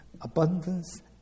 abundance